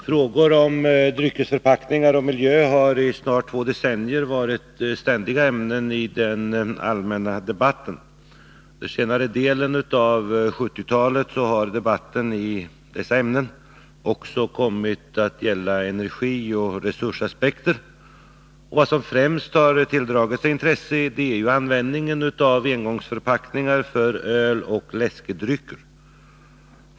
Herr talman! Frågor om dryckesförpackningar och miljö har i snart två decennier varit ständiga ämnen i den allmänna debatten. Under senare delen av 1970-talet har debatten i dessa ämnen också kommit att gälla energioch resursaspekter. Vad som främst har tilldragit sig intresse är användningen av engångsförpackningar för öl och läskedrycker.